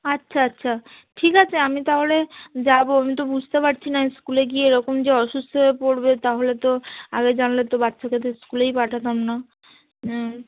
আচ্ছা আচ্ছা ঠিক আছে আমি তাহলে যাবো আমি তো বুঝতে পারছি না স্কুলে গিয়ে এরকম যে অসুস্থ হয়ে পড়বে তাহলে তো আগে জানলে তো বাচ্চাকে তো স্কুলেই পাঠাতাম না হুম